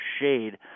shade